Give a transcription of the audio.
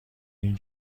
این